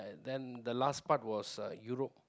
then the last part was Europe